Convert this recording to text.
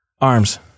Arms